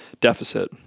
deficit